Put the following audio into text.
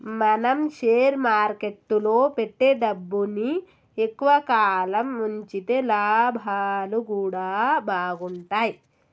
మనం షేర్ మార్కెట్టులో పెట్టే డబ్బుని ఎక్కువ కాలం వుంచితే లాభాలు గూడా బాగుంటయ్